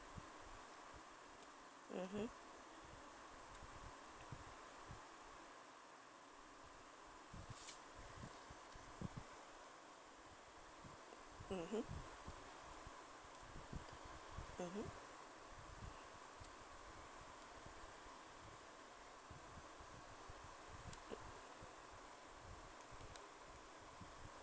mmhmm mmhmm mmhmm